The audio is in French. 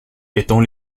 étant